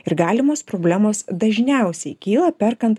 ir galimos problemos dažniausiai kyla perkant